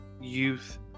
youth